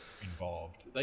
involved